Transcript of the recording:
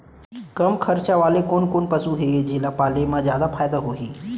कम खरचा वाले कोन कोन पसु हे जेला पाले म जादा फायदा होही?